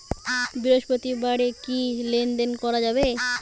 বৃহস্পতিবারেও কি লেনদেন করা যায়?